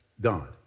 God